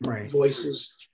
voices